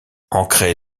ancrée